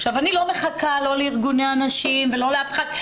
אני לא מחכה לא לארגוני הנשים ולא לאף אחד,